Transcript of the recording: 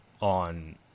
on